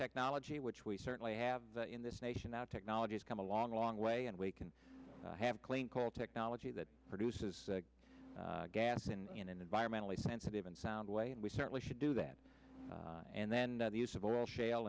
technology which we certainly have in this nation that technology has come a long long way and we can have clean coal technology that produces gas and in an environmentally sensitive and sound way and we certainly should do that and then the use of